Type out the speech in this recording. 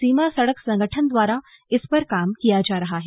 सीमा सड़क संगठन द्वारा इस पर काम किया जा रहा है